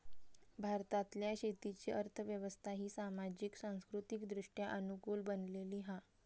भारतातल्या शेतीची अर्थ व्यवस्था ही सामाजिक, सांस्कृतिकदृष्ट्या अनुकूल बनलेली हा